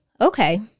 okay